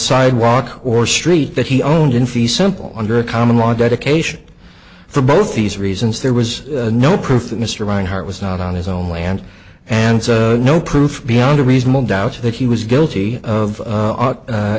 sidewalk or street that he owned in fee simple under a common law dedication for both these reasons there was no proof that mr rinehart was not on his own land and no proof beyond a reasonable doubt that he was guilty of